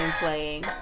playing